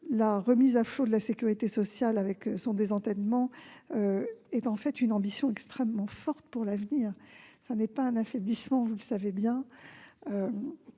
La remise à flot de la sécurité sociale, avec son désendettement, est une ambition extrêmement forte pour l'avenir. Ce n'est pas un affaiblissement, vous le savez bien.